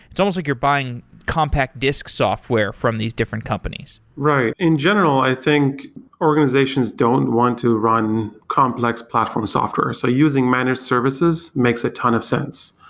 it's almost like you're buying compact disc software from these different companies. right. in general, i think organizations don't want to run complex platform software. so using managed services makes a ton of sense,